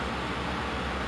can't ejek seh